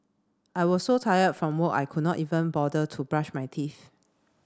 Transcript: I was so tired from work I could not even bother to brush my teeth